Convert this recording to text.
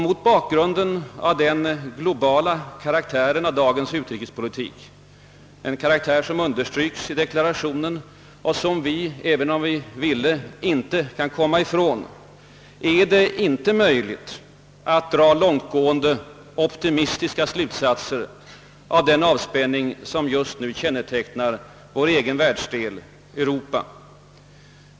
Mot bakgrunden av den globala karaktären av dagens utrikespolitik, en karaktär som understryks i deklarationen och som vi, även om vi ville, inte kan komma ifrån, är det inte möjligt att dra långtgående optimistiska slutsatser av den avspänning som just nu kännetecknar vår egen världsdel, Europa.